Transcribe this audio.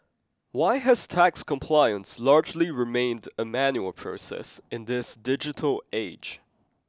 why has tax compliance largely remained a manual process in this digital age